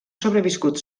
sobreviscut